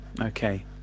Okay